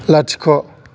लाथिख'